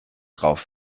drauf